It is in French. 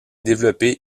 développé